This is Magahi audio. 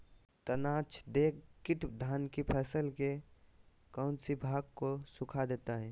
तनाछदेक किट धान की फसल के कौन सी भाग को सुखा देता है?